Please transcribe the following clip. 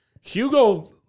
Hugo